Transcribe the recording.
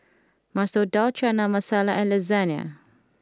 Masoor Dal Chana Masala and Lasagne